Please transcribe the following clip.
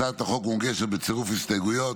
הצעת החוק מוגשת בצירוף הסתייגויות.